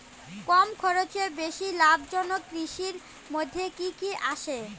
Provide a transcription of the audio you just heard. কম খরচে বেশি লাভজনক কৃষির মইধ্যে কি কি আসে?